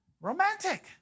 Romantic